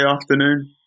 afternoon